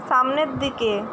সামনের দিকে